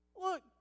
Look